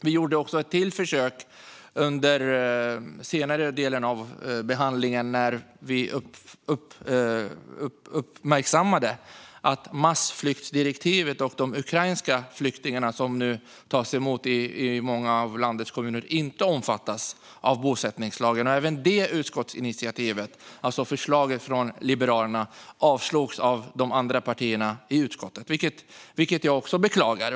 Vi gjorde ett till försök under den senare delen av behandlingen, när vi uppmärksammade att massflyktsdirektivet och de ukrainska flyktingarna, som nu tas emot i många av landets kommuner, inte omfattas av bosättningslagen. Även det förslaget till utskottsinitiativ från Liberalerna avslogs av de andra partierna i utskottet, vilket jag också beklagar.